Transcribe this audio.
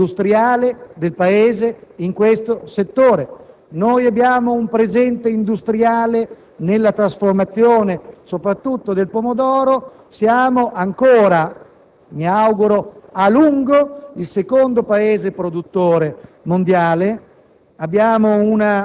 il futuro industriale del Paese in questo settore: abbiamo un presente industriale nella trasformazione, soprattutto del pomodoro, e siamo - mi auguro ancora a lungo - il secondo Paese produttore del